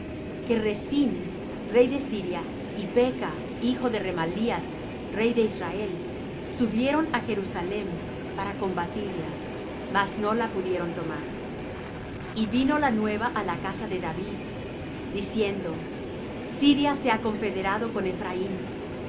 que rezín rey de siria y peca hijo de remalías rey de israel subieron á jerusalem para combatirla mas no la pudieron tomar y vino la nueva á la casa de david diciendo siria se ha confederado con